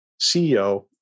CEO